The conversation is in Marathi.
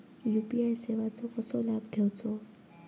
यू.पी.आय सेवाचो कसो लाभ घेवचो?